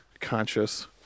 conscious